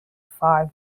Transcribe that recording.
five